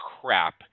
crap